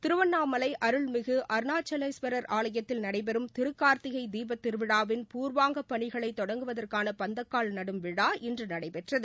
திருவண்ணாமலை அருள்மிகு அருணாச்சலேஸ்வரா் ஆலயத்தில் நடைபெறும் திருக்கா்த்திகை தீபத்திருவிழாவின் பூர்வாங்கப் பணிகளை தொடங்குவதற்கான பந்தக்கால் நடும் விழா இன்று நடைபெற்றது